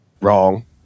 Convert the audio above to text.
Wrong